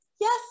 yes